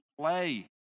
play